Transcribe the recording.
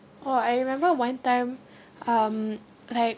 oh I remember one time um like